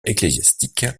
ecclésiastique